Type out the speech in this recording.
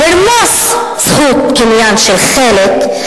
לרמוס זכות קניין של חלק,